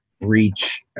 reach